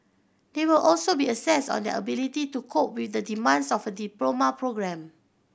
they will also be assessed on their ability to cope with the demands of a diploma programme